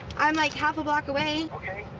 i'm like half a block away. ok.